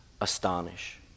astonish